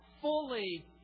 fully